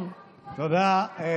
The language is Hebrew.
עודד, אנחנו מחזיקים לך מפה אצבעות, תודה.